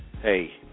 hey